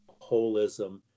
holism